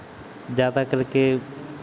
ज़्यादा करके